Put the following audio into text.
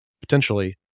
potentially